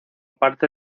parte